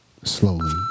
Slowly